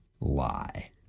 lie